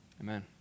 Amen